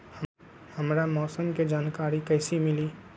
हमरा मौसम के जानकारी कैसी मिली?